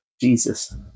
Jesus